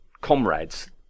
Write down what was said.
comrades